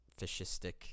fascistic